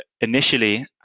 initially